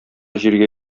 җиргә